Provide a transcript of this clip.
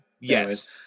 Yes